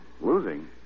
Losing